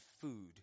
food